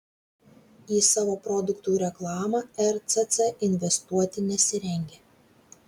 į savo produktų reklamą rcc investuoti nesirengia